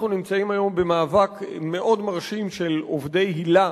אנחנו נמצאים היום במאבק מאוד מרשים של עובדי היל"ה,